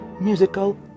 musical